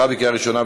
(הוספת מגבלה לעניין לימודים),